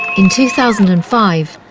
in two thousand and five,